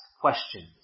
questions